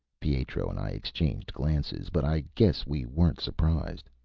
pietro and i exchanged glances, but i guess we weren't surprised.